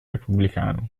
repubblicano